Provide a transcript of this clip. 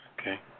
Okay